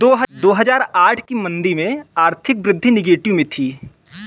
दो हजार आठ की मंदी में आर्थिक वृद्धि नेगेटिव में थी